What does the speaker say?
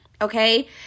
okay